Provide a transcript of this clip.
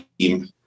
team